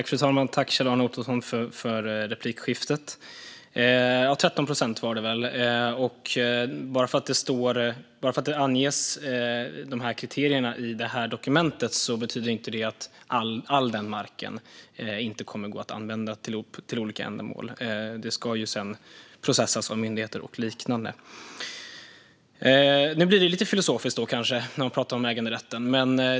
Fru talman! Jag tackar Kjell-Arne Ottosson för replikskiftet. Det var väl 13 procent. Bara för att dessa kriterier anges i dokumentet betyder det inte att all mark inte kan användas för olika ändamål. Det ska sedan processas av myndigheter och liknande. Nu blir det lite filosofiskt när vi pratar om äganderätten.